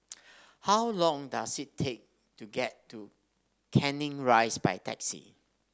how long does it take to get to Canning Rise by taxi